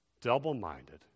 Double-minded